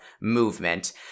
movement